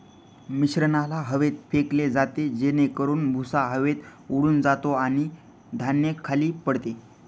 मिश्रणाला हवेत फेकले जाते जेणेकरून भुसा हवेत उडून जातो आणि धान्य खाली पडते